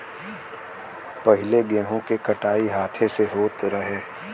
पहिले गेंहू के कटाई हाथे से होत रहे